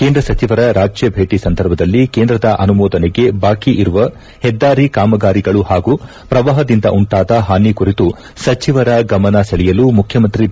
ಕೇಂದ್ರ ಸಚಿವರ ರಾಜ್ಯ ಭೇಟ ಸಂದರ್ಭದಲ್ಲಿ ಕೇಂದ್ರದ ಅನುಮೋದನೆಗೆ ಬಾಕಿ ಇರುವ ಹೆದ್ದಾರಿ ಕಾಮಗಾರಿಗಳು ಹಾಗೂ ಪ್ರವಾಹದಿಂದ ಉಂಟಾದ ಹಾನಿ ಕುರಿತು ಸಚಿವರ ಗಮನ ಸೆಳೆಯಲು ಮುಖ್ಯಮಂತ್ರಿ ಬಿ